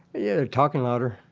yeah, they're talking louder.